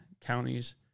counties